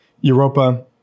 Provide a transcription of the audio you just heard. Europa